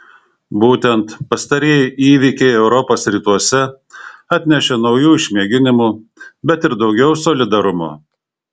būtent pastarieji įvykiai europos rytuose atnešė naujų išmėginimų bet ir daugiau solidarumo